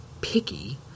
picky